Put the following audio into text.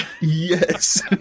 Yes